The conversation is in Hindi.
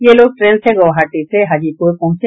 ये लोग ट्रेन से गुवाहाटी से हाजीपुर पहुंचे